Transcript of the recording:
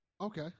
Okay